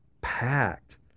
packed